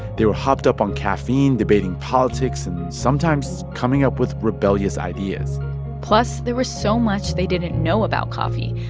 they were hopped up on caffeine, debating politics and sometimes coming up with rebellious ideas plus, there was so much they didn't know about coffee,